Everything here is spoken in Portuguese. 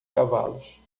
cavalos